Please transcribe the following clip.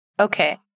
Okay